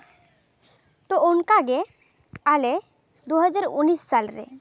ᱛᱚ ᱚᱱᱠᱟᱜᱮ ᱟᱞᱮ ᱫᱩ ᱦᱟᱡᱟᱨ ᱩᱱᱤᱥ ᱥᱟᱞ ᱨᱮ